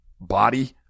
body